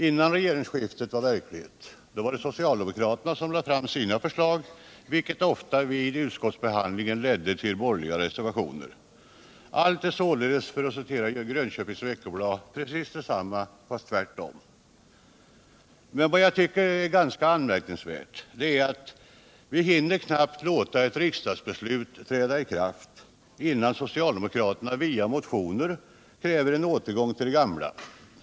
Innan regeringsskiftet var verkligt, lade socialdemokraterna fram sina förslag, vilka ofta vid utskottsbehandlingen ledde till borgerliga reservationer. Allt är således, för att citera Grönköpings Veckoblad, precis detsamma fast tvärtom. Det är ganska anmärkningsvärt att vi knappt hinner låta ett riksdagsbeslut träda i kraft, förrän socialdemokraterna via motioner kräver en återgång till det gamla.